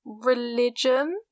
religion